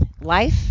life